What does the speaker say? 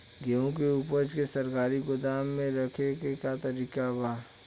गेहूँ के ऊपज के सरकारी गोदाम मे रखे के का तरीका बा?